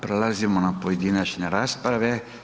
Prelazimo na pojedinačne rasprave.